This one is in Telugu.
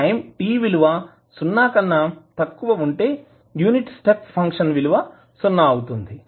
టైం t విలువ సున్నా కన్నా తక్కువ ఉంటే యూనిట్ స్టెప్ ఫంక్షన్ విలువ సున్నా అవుతుంది